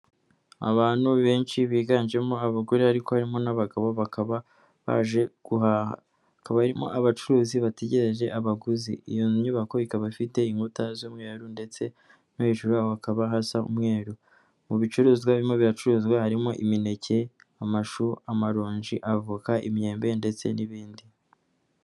Abantu benshi biganjemo abagore ariko harimo n'abagabo, bakaba baje barimo abacuruzi bategereje abaguzi, iyo nyubako ikaba ifite inkuta z'umweru ndetse no hejuru bakaba hasa umweru, mu bicuruzwa birimo biracuruzwa harimo imineke amashu amaronji avoka imyembe ndetse n'ibindi.